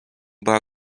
była